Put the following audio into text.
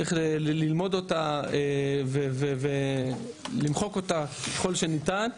צריך ללמוד אותה ולמחוק אותה ככל האפשר.